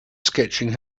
sketching